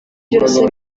byose